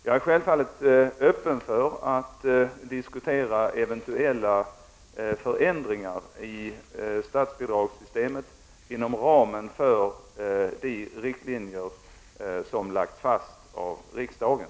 Jag är självfallet öppen för att diskutera eventuella förändringar i statsbidragssystemet inom ramen för de riktlinjer som lagts fast av riksdagen.